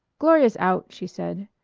gloria's out, she said,